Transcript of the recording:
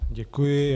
Děkuji.